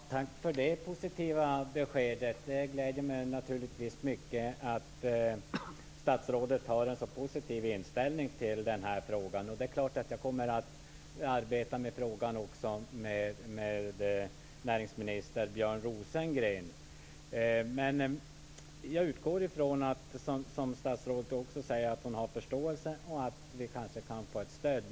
Herr talman! Tack för det positiva beskedet. Det gläder mig naturligtvis mycket att statsrådet har en så positiv inställning i den här frågan. Det är klart att jag kommer att arbeta med frågan också med näringsminister Björn Rosengren. Men jag utgår från att, som statsrådet säger, hon har förståelse och att vi kanske kan få ett stöd.